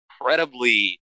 incredibly